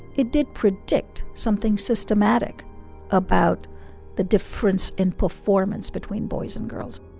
it did predict something systematic about the difference in performance between boys and girls